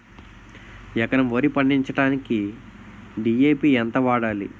ఎకరం వరి పండించటానికి డి.ఎ.పి ఎంత వాడాలి?